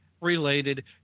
related